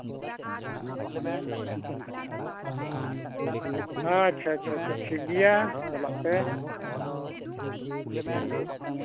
ᱟᱪᱪᱷᱟ ᱟᱪᱪᱷᱟ ᱪᱷᱟ ᱴᱷᱤᱠᱜᱮᱭᱟ ᱪᱟᱞᱟᱜ ᱯᱮ ᱦᱩᱸ